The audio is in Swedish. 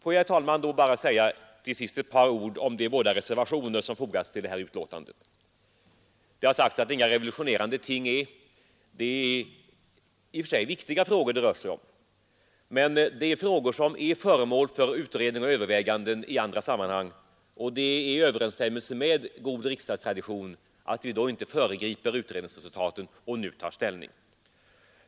Får jag, herr talman, till sist bara säga ett par ord om de båda reservationer som fogats till betänkandet. Det har sagts att det inte är några revolutionerande ting. Det är i och för sig viktiga frågor det rör sig om, men det är frågor som är föremål för utredning och överväganden i andra sammanhang, och det är i överensstämmelse med god riksdagstradition att vi inte föregriper utredningsresultaten och nu tar ställning.